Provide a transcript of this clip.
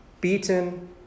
beaten